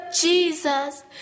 Jesus